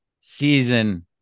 season